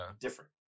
different